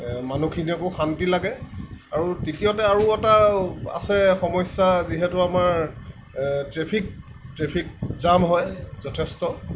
মানুহখিনিকো শান্তি লাগে আৰু তৃতীয়তে আৰু এটা আছে সমস্যা যিহেতু আমাৰ ট্ৰেফিক ট্ৰেফিক জাম হয় যথেষ্ট